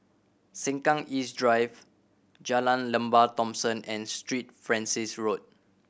Sengkang East Drive Jalan Lembah Thomson and Street Francis Road